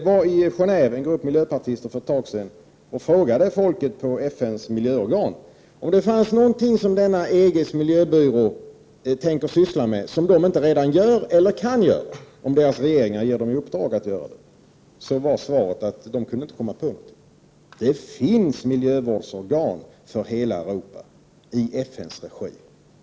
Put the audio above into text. När en grupp miljöpartister för ett tag sedan var i Gen&ve och frågade folk på FN:s miljöorgan om det fanns någonting som EG:s miljöbyrå tänker syssla med som FN:s organ redan inte gör eller kan göra, svarade man att man inte kunde komma på någonting. Det finns miljövårdsorgan för hela Europa i FN:s regi.